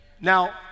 now